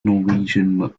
norwegian